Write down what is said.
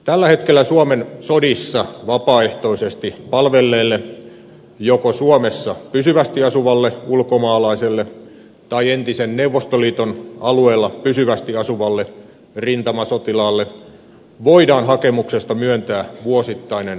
tällä hetkellä suomen sodissa vapaaehtoisesti palvelleelle joko suomessa pysyvästi asuvalle ulkomaalaiselle tai entisen neuvostoliiton alueella pysyvästi asuvalle rintamasotilaalle voidaan hakemuksesta myöntää vuosittainen rintama avustus